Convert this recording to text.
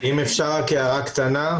אם אפשר, הערה קטנה.